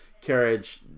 carriage